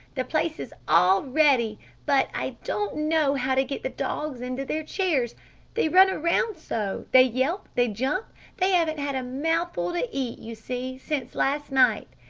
the places, all ready but i don't know how to get the dogs into their chairs they run around so! they yelp! they jump they haven't had a mouthful to eat, you see, since last night,